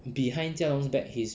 behind jia long's back he's